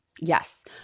Yes